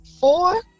four